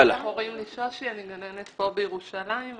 קוראים לי שושי, אני גננת פה בירושלים.